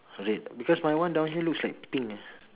red because my one down here looks like pink leh